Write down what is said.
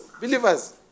Believers